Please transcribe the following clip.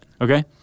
Okay